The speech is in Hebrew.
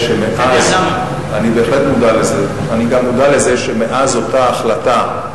אני גם מודע לזה שמאז אותה החלטה,